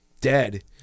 dead